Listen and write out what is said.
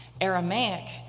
Aramaic